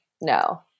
no